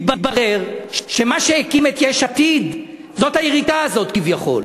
מתברר שמה שהקים את יש עתיד זה היריקה הזאת כביכול,